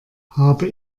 habe